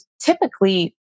typically